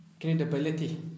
credibility